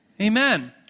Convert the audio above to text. Amen